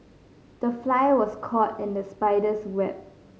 the fly was caught in the spider's web